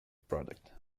product